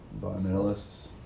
Environmentalists